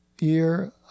year